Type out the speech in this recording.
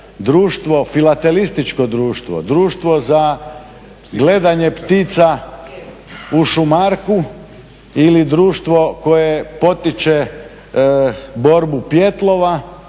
filatelističko društvo, društvo za gledanje ptica u šumarku ili društvo koje potiče borbu pijetlova